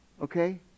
okay